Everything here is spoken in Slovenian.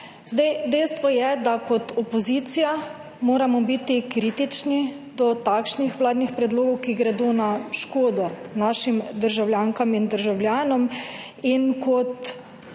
Vlade. Dejstvo je, da kot opozicija moramo biti kritični do takšnih vladnih predlogov, ki gredo na škodo našim državljankam in državljanom in kot takšna opozicija